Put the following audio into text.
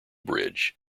bridge